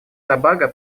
тобаго